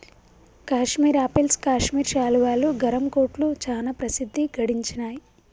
Kashmir apples Kashmir శాలువాలు, గరం కోట్లు చానా ప్రసిద్ధి గడించినాయ్